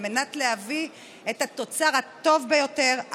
על מנת להביא את התוצר הטוב ביותר,